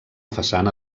façana